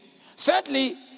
Thirdly